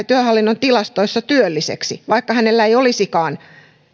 työhallinnon tilastoissa työlliseksi vaikka hänellä ei olisikaan